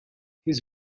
his